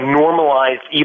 normalized